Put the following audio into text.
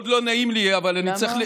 מאוד לא נעים לי, אבל אני צריך,